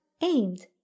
aimed